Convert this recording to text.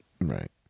Right